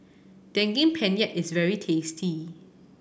Daging Penyet is very tasty